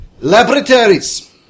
Laboratories